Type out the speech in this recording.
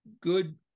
good